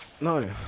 no